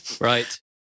Right